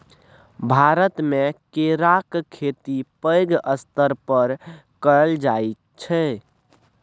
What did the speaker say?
भारतमे केराक खेती पैघ स्तर पर कएल जाइत छै